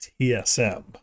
tsm